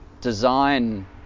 design